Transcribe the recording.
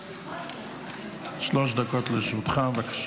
שלוש דקות לרשותך, בבקשה.